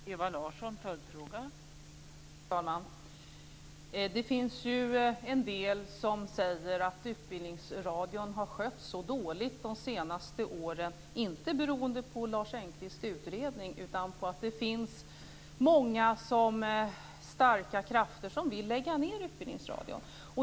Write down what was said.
Fru talman! Det finns en del som säger att Utbildningsradion har skötts så dåligt de senaste åren, inte beroende på Lars Engqvists utredning, utan på att det finns många starka krafter som vill lägga ned Utbildningsradion.